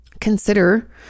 Consider